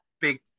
big